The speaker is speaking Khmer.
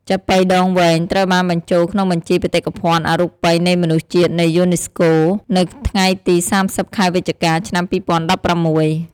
ចាប៉ីដងវែង ត្រូវបានបញ្ជូលក្នុងបញ្ជីបេតិកភណ្ឌអរូបីនៃមនុស្សជាតិនៃយូនេស្កូ នៅថ្ងៃទី៣០ ខែវិច្ឆិកា ឆ្នាំ២០១៦។